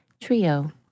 trio